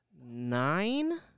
Nine